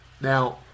Now